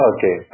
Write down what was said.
Okay